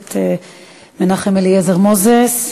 הכנסת מנחם אליעזר מוזס.